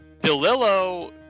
Delillo